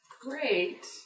Great